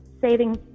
savings